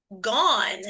gone